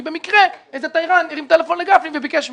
כי במקרה תיירן כלשהו הרים טלפון לגפני וביקש ממנו.